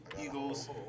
Eagles